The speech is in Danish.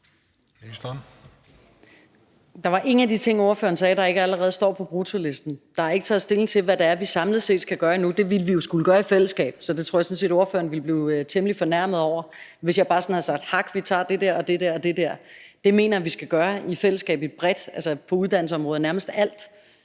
Der er ingen af de ting, ordføreren sagde, der ikke allerede står på bruttolisten. Der er ikke taget stilling til, hvad det er, vi samlet set skal gøre endnu. Det ville vi jo skulle gøre i fællesskab, så jeg tror sådan set, spørgeren ville blive temmelig fornærmet, hvis jeg bare sådan havde sat hak ved noget og sagt: Vi tager det der og det der. Det mener jeg vi skal gøre i fællesskab, bredt. På uddannelsesområdet skal nærmest alt